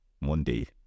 Monday